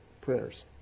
prayers